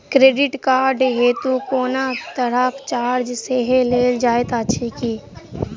Credit card हेतु कोनो तरहक चार्ज सेहो लेल जाइत अछि की?